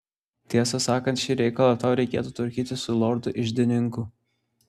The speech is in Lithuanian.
tiesą sakant šį reikalą tau reikėtų tvarkyti su lordu iždininku